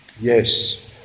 Yes